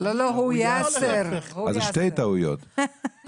יכולים להביא את זה בהצעת חוק